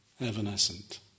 evanescent